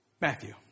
Matthew